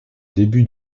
début